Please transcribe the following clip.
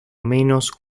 menos